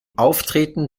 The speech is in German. auftreten